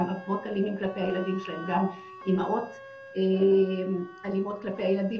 גם אבות אלימים כלפי הילדים שלהם וגם אימהות אלימות כלפי הילדים,